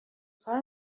کار